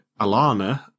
Alana